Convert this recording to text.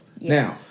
Now